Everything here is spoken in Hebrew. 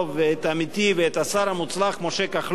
את עמיתי והשר המוצלח משה כחלון,